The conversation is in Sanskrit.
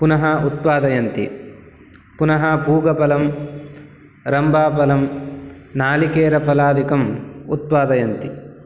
पुनः उत्पादयन्ति पुनः पूगपलं रम्भाफलं नारिकेलफलादिकम् उत्पादयन्ति